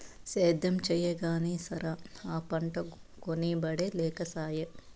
సేద్యం చెయ్యగానే సరా, ఆ పంటకొనే ఒడే లేకసాయే